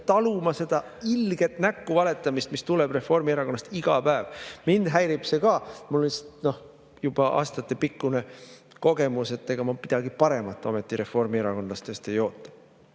taluma seda ilget näkku valetamist, mis tuleb Reformierakonnast iga päev. Mind häirib see ka. Aga mul on lihtsalt juba aastatepikkune kogemus, et ega ma midagi paremat ometi reformierakondlastest ei oota.